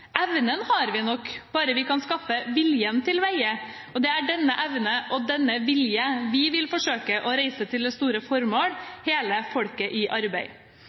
Evnen har vi nok, bare vi kan skaffe viljen tilveie, og det er denne evne og denne vilje vi vil forsøke å reise til det store formål: Hele folket i arbeid.»